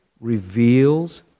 reveals